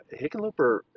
Hickenlooper